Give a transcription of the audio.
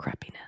crappiness